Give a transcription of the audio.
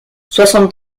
soixante